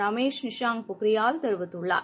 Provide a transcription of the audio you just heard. ரமேஷ் நிஷாங்க் பொக்ரியால் தெரிவித்துள்ளார்